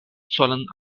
solan